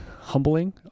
humbling